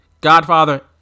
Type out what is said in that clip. Godfather